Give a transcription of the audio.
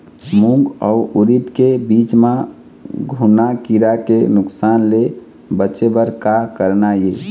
मूंग अउ उरीद के बीज म घुना किरा के नुकसान ले बचे बर का करना ये?